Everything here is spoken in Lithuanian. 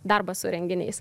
darbas su renginiais